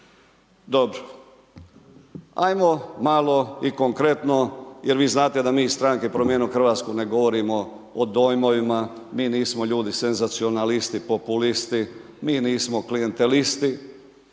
Dobro. Ajmo malo i konkretno jer vi znate da mi iz stranke Promijenimo Hrvatske ne govorimo o dojmovima, mi nismo ljudi senzacionalisti, populisti, mi nismo klijantelisti.